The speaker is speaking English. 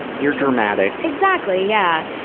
you're dramatic. exactly, yeah!